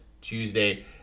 Tuesday